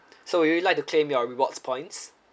so you would like to claim your rewards points